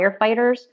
firefighters